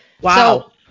Wow